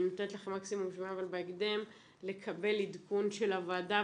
אני נותנת לכם מקסימום שבועיים אבל בהקדם לקבל עדכון של הוועדה,